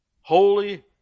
holy